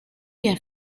bien